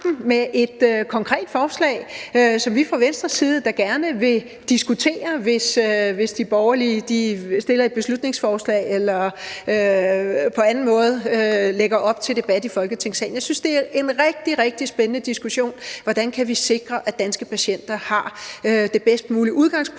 med et konkret forslag, som vi fra Venstres side da gerne vil diskutere, hvis Nye Borgerlige fremsætter et beslutningsforslag eller på anden måde lægger op til debat i Folketingssalen. Jeg synes, det er en rigtig, rigtig spændende diskussion, hvordan vi kan sikre, at danske patienter har det bedst mulige udgangspunkt,